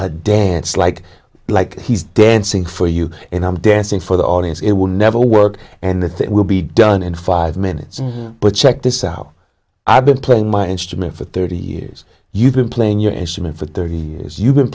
dance like like he's dancing for you and i'm dancing for the audience it will never work and the thing will be done in five minutes but check this out i've been playing my instrument for thirty years you've been playing your instrument for thirty years you've been